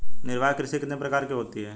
निर्वाह कृषि कितने प्रकार की होती हैं?